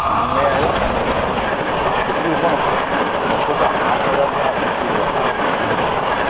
ᱢᱟᱱᱞᱤᱭᱟ ᱦᱩᱭᱩᱜ ᱠᱟᱱᱟ ᱥᱩᱠᱨᱤ ᱦᱚᱯᱚᱱ ᱚᱠᱟᱨᱮᱢ ᱧᱟᱢ ᱠᱚᱣᱟ ᱱᱩᱠᱩ ᱫᱚ ᱦᱟᱴ ᱵᱟᱡᱟᱨ ᱨᱮᱫᱚ ᱟᱨ ᱥᱩᱠᱨᱤ ᱫᱚ ᱵᱟᱠᱚ ᱟᱹᱠᱷᱟᱹᱨᱤᱧ ᱠᱚᱣᱟ